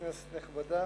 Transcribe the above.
כנסת נכבדה,